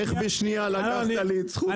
איך בשנייה לקחת לי את זכות הדיבור?